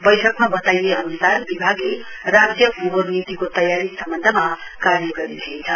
बैठकमा बताइए अनुसार विभागले राज्य फोहोर नीतिको तयारी सम्बन्धमा कार्य गरिरहेछ